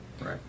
Right